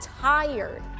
tired